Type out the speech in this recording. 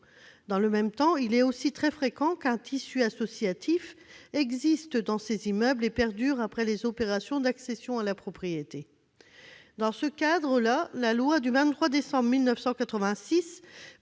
Dans le même temps, il est aussi très fréquent qu'un tissu associatif existe dans ces immeubles et qu'il perdure après les opérations d'accession à la propriété. Dans ce cadre, la loi du 23 décembre 1986